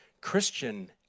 Christian